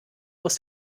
aus